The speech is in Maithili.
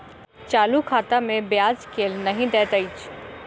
चालू खाता मे ब्याज केल नहि दैत अछि